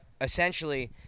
essentially